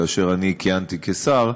כאשר כיהנתי כשר,